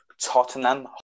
Tottenham